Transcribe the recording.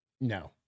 No